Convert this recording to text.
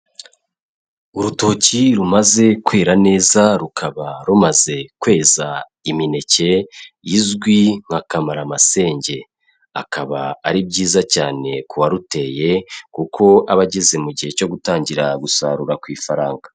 Urutoki rumaze kwera neza rukaba rumaze kweza imineke izwi nka kamaramasenge. Akaba ari byiza cyane ku waruteye kuko aba ageze mu gihe cyo gutangira gusarura ku ifaranga.